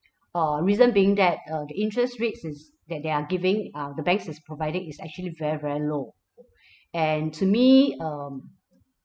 uh reason being that uh the interest rates is that they're giving uh the banks is providing is actually very very low and to me um